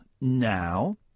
now